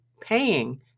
paying